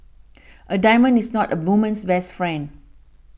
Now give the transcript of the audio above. a diamond is not a woman's best friend